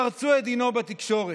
חרצו את דינו בתקשורת.